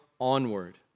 onward